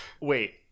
Wait